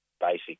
basic